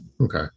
okay